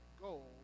goal